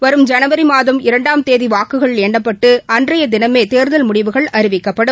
வரும் ஜனவரிமாதம் இரண்டாம் தேதிவாக்குகள் எண்ணப்பட்டுஅன்றையதினமேதேர்தல் முடிவுகள் அறிவிக்கப்படும்